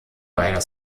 beider